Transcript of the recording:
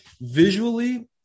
Visually